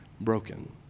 broken